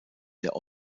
der